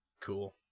Cool